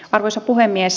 arvoisa puhemies